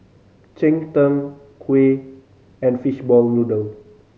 cheng tng kuih and fishball noodle